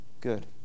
good